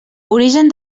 origen